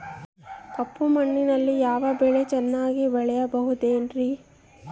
ಕಪ್ಪು ಮಣ್ಣಿನಲ್ಲಿ ಯಾವ ಬೆಳೆ ಚೆನ್ನಾಗಿ ಬೆಳೆಯಬಹುದ್ರಿ?